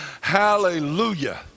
Hallelujah